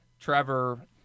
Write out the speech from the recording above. Trevor